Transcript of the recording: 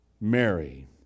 Mary